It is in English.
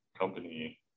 company